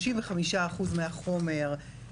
35 אחוז מהחומר,